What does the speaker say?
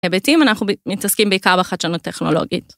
היבטים אנחנו מתעסקים בעיקר בחדשנות טכנולוגית.